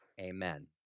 amen